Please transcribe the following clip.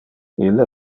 ille